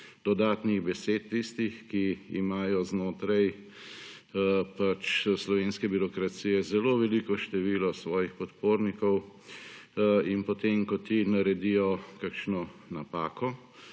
dodatnih besed tistih, ki imajo znotraj slovenske birokracije zelo veliko število svojih podpornikov in potem ko ti naredijo kakšno napako,